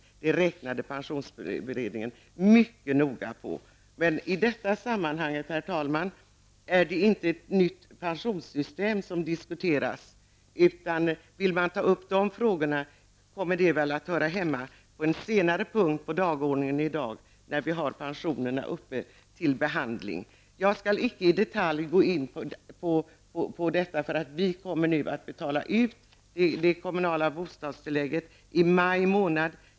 Det räknade pensionsberedningen mycket noga på. Men i det här sammanhanget, herr talman, är det inte nytt pensionssystem som vi diskuterar. De frågorna får man ta upp under en senare punkt på dagordningen, då vi behandlar pensionerna. Jag skall inte i detalj gå in på det nu. Vi kommer att betala ut det kommunala bostadstillägget i maj.